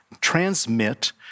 transmit